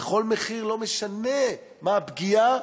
בכל מחיר, לא משנה מה הפגיעה